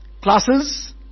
classes